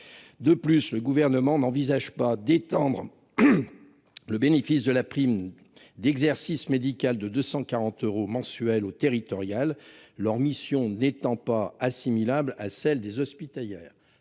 De plus, le Gouvernement n'envisage pas d'étendre le bénéfice de la prime d'exercice médical de 240 euros mensuels aux sages-femmes territoriales, leur mission n'étant pas assimilable à celle des sages-femmes